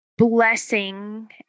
blessing